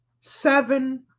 seven